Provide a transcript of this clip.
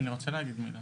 אני רוצה להגיד מילה.